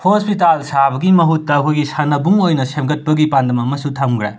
hospital ꯁꯥꯕꯒꯤ ꯃꯍꯨꯠꯇ ꯑꯩꯈꯣꯏꯒꯤ ꯁꯥꯟꯅꯕꯨꯡ ꯑꯣꯏꯅ ꯁꯦꯝꯒꯠꯄꯒꯤ ꯄꯥꯟꯗꯝ ꯑꯃꯁꯨ ꯊꯝꯒ꯭ꯔꯦ